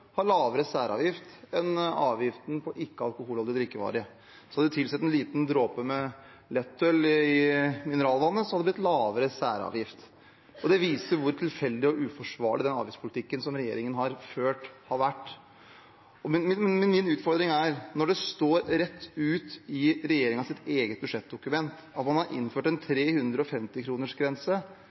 har lavere særavgift enn ikke-alkoholholdige drikkevarer. Hadde man tilsatt mineralvannet en liten dråpe lettøl, hadde det blitt lavere særavgift. Det viser hvor tilfeldig og uforsvarlig den avgiftspolitikken som regjeringen har ført, har vært. Min utfordring er: Det står rett ut i regjeringens eget budsjettdokument at man har innført en